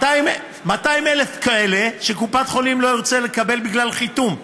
200,000 כאלה שקופת חולים לא תרצה לקבל בגלל חיתום.